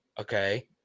Okay